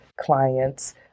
clients